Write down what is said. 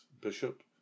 bishop